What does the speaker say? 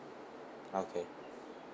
okay